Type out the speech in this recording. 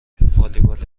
والیبال